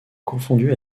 confondue